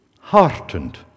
heartened